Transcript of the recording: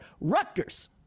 Rutgers